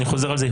אני חוזר על זה,